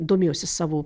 domėjosi savo